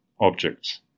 objects